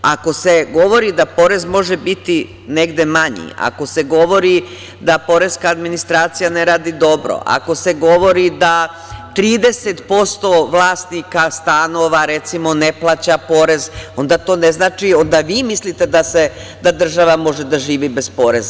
Ako se govori da porez može biti negde manji, ako se govori da poreska administracija ne radi dobro, ako se govori da 30% vlasnika stanova, recimo, ne plaća porez, onda to ne znači, onda vi mislite da država može da živi bez poreza.